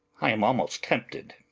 i am almost tempted.